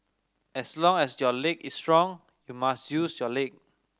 as long as your leg is strong you must use your leg